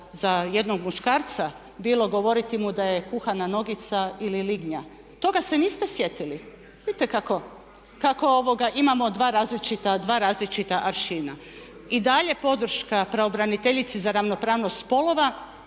za jednog muškarca bilo govoriti mu da je kuhana nogica ili lignja. Toga se niste sjetili, vidite kako imamo dva različita aršina. I dalje podrška pravobraniteljici za ravnopravnost spolova